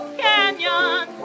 canyon